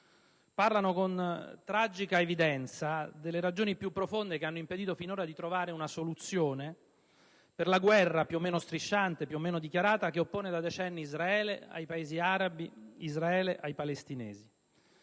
Parlano, con tragica evidenza, delle ragioni più profonde che hanno impedito finora di trovare una soluzione alla guerra, più o meno strisciante e dichiarata, che oppone da decenni Israele ai Paesi arabi, Israele ai palestinesi.